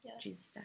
Jesus